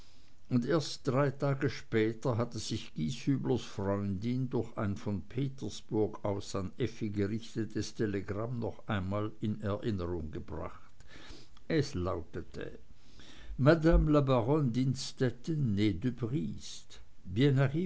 und erst drei tage später hatte sich gieshüblers freundin durch ein von petersburg aus an effi gerichtetes telegramm noch einmal in erinnerung gebracht es lautete madame la